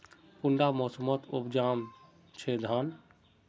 कुंडा मोसमोत उपजाम छै धान?